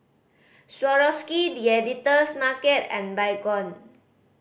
Swarovski The Editor's Market and Baygon